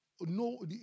no